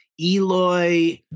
Eloy